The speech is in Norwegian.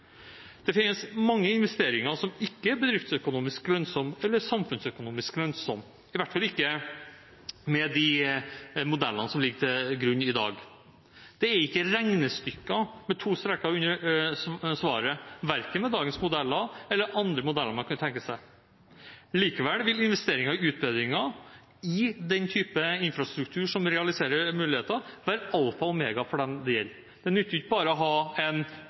Det finnes mange investeringer som ikke er bedriftsøkonomisk lønnsomme eller samfunnsøkonomisk lønnsomme, i hvert fall ikke med de modellene som ligger til grunn i dag. Det er ikke regnestykker med to streker under svaret, verken med dagens modeller eller andre modeller man kunne tenke seg. Likevel vil investeringer i utbedringer i den typen infrastruktur som realiserer muligheter, være alfa og omega for dem det gjelder. Det nytter ikke bare å ha en